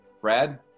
Brad